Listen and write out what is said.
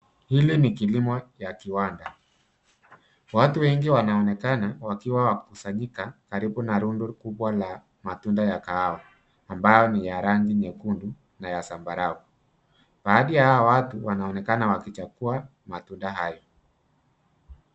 Hili ni kilimo la kiwanda watu wengi wanaonekana wakiwa wamekusanyika karibu na rundo kubwa la matunda ya kahawa ambayo ni ya rangi nyekundu na zambarau baadhi ya hawa watu wanaonekana wakichagua matunda hayo.